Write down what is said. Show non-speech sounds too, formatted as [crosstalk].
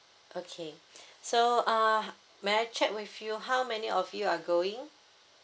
okay [breath] so uh may I check with you how many of you are going